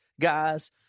guys